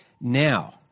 Now